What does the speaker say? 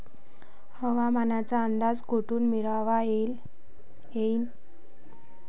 हवामानाचा अंदाज कोठून मिळवता येईन?